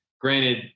granted